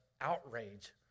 outrage